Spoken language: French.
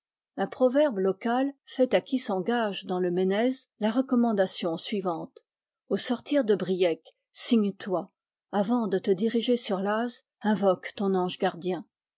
un proverbe local fait à qui s'engage dans le ménez la recommandation suivante au sortir de briec signe toi avant de te diriger sur laz invoque ton ange gardien